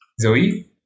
Zoe